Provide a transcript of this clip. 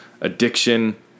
Addiction